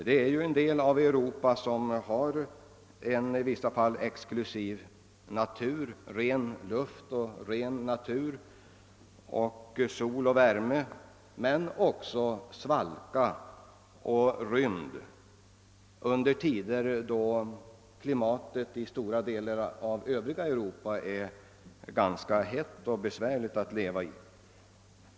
Det är ju här fråga om en del av Europa som har en i vissa avseenden exklusiv miljö, ren luft, orörd natur, sol och värme men också svalka och rymd under tider då klimatet i stora delar av det övriga Europa är ganska hett och besvärligt att leva i.